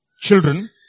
children